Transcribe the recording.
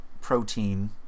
protein